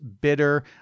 bitter